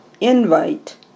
invite